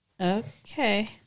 Okay